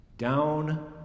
Down